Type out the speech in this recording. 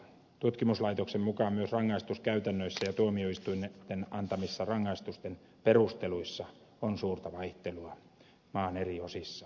tutkimuslaitoksen mukaan myös rangaistuskäytännöissä ja tuomioistuinten antamissa rangaistusten perusteluissa on suurta vaihtelua maan eri osissa